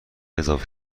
اضافه